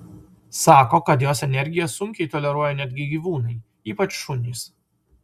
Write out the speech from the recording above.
sako kad jos energiją sunkiai toleruoja netgi gyvūnai ypač šunys